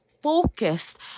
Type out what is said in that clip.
focused